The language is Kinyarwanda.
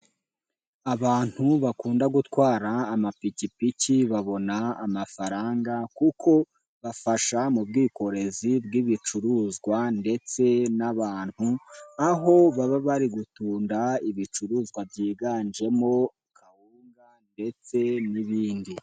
abantu bakunda gutwara amapikipiki babona amafaranga kuko bafasha mu bwikorezi bw'ibicuruzwa ndetse n'abantu, aho baba bari gutunda ibicuruzwa byiganjemo akawunga ndetse n'ibindi.